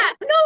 no